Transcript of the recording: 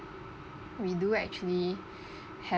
we do actually have